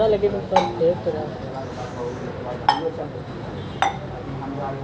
एकर उद्देश्य विकास कार्य लेल धन उपलब्ध करेनाय छै, जकर सिफारिश सांसद करै छै